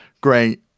great